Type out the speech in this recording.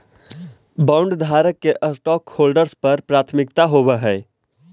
बॉन्डधारक के स्टॉकहोल्डर्स पर प्राथमिकता होवऽ हई